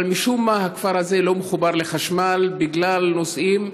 אבל משום מה הכפר הזה לא מחובר לחשמל בגלל נושאים,